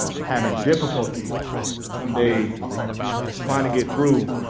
i'm having difficulties some days trying to get through